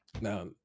Now